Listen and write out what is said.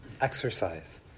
exercise